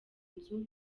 nzu